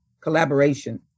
collaboration